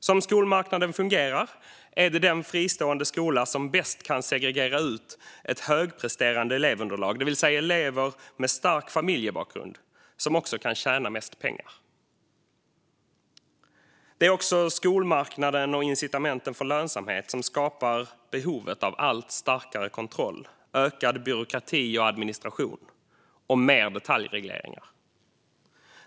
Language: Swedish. Som skolmarknaden fungerar är det den fristående skola som bäst kan segregera ut ett högpresterande elevunderlag, det vill säga elever med stark familjebakgrund, som också kan tjäna mest pengar. Det är också skolmarknaden och incitamenten för lönsamhet som skapar behovet av allt starkare kontroll, ökad byråkrati och administration och mer detaljregleringar.